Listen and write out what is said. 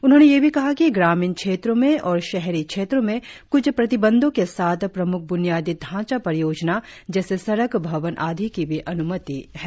उन्होंने यह भी कहा कि ग्रामीण क्षेत्रों में और शहरी क्षेत्रों में क्छ प्रतिबंधों के साथ प्रम्ख ब्नियादी ढांचा परियोजना जैसे सड़क भवन आदी की भी अन्मति है